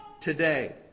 today